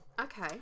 Okay